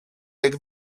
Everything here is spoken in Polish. jak